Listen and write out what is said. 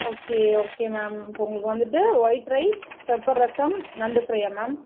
okay okay ma'am இப்போ உங்களுக்கு வந்துட்டு ஒயிட் ரைஸ் பெப்பர் ரசம் நண்டு ஃப்ரையா மேம்